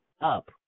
up